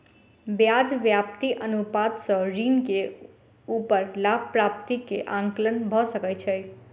ब्याज व्याप्ति अनुपात सॅ ऋण के ऊपर लाभ प्राप्ति के आंकलन भ सकै छै